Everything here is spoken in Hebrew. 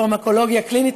פרמקולוגיה קלינית,